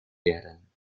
werden